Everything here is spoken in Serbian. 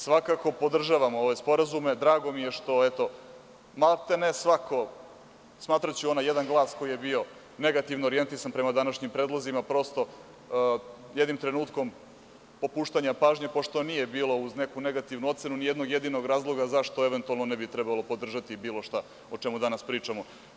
Svakako, podržavam ove sporazume i drago mi je što, maltene svako, a smatraću onaj jedan glas koji je bio negativno orijentisan prema današnjim predlozima, prosto jednim trenutkom popuštanja pažnje, pošto nije bilo uz neku negativnu ocenu, nijednog jedinog razloga zašto ne bi trebalo podržati bilo šta o čemu danas pričamo.